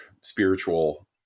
spiritual